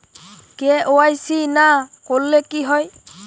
KYC না করলে কি হয়?